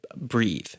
breathe